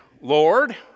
Lord